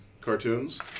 cartoons